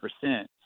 percent